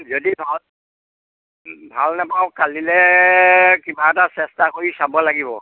যদি ভাল ভাল নাপাও কালিলৈ কিবা এটা চেষ্টা কৰি চাব লাগিব